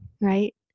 right